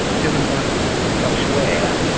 kevin buckett elsewhere,